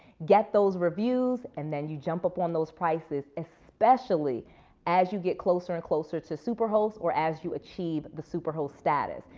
get those reviews and then you jump up on those prices. especially as you get closer and closer to super host or as you achieve the super host status.